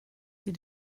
sie